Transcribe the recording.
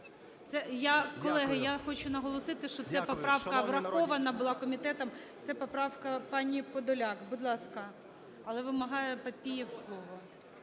Колеги, я хочу наголосити, що ця поправка врахована була комітетом, це поправка пані Подоляк. Будь ласка. Але вимагає Папієв слово.